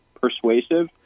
persuasive